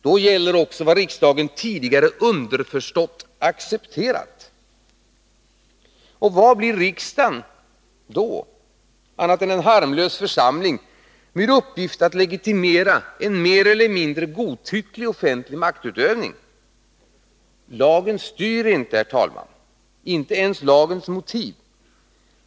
Då gäller också vad riksdagen tidigare underförstått accepterat. Vad blir riksdagen då, annat än en harmlös församling med uppgift att legitimera en mer eller mindre godtycklig offentlig maktutövning? Lagen styr inte, herr talman. Inte ens lagens motiv.